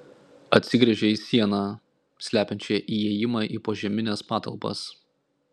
atsigręžė į sieną slepiančią įėjimą į požemines patalpas